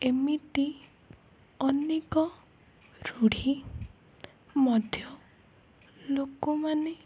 ଏମିତି ଅନେକ ରୂଢ଼ି ମଧ୍ୟ ଲୋକମାନେ